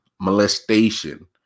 molestation